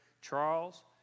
Charles